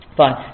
fine